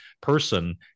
person